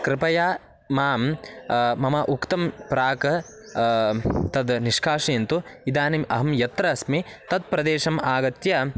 कृपया मां मम उक्तं प्राक् तद् निष्कासयन्तु इदानीम् अहं यत्र अस्मि तत् प्रदेशम् आगत्य